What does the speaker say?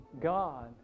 God